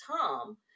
tom